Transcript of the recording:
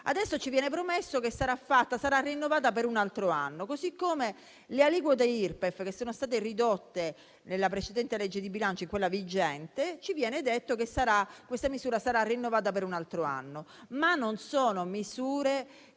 Adesso ci viene promesso che sarà rinnovata per un altro anno, così come le aliquote Irpef, che sono state ridotte con la precedente legge di bilancio e con quella vigente. Ci viene detto che anche questa misura sarà rinnovata per un altro anno, ma queste non sono misure che